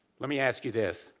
let me ask you this.